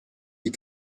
die